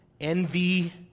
envy